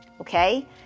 okay